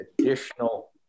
additional